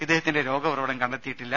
ഇദ്ദേഹത്തിന്റെ രോഗ ഉറവിടം കണ്ടെത്തിയിട്ടില്ല